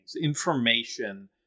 Information